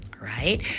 right